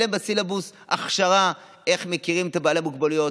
להם בסילבוס הכשרה איך מכירים את בעלי מוגבלויות,